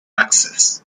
access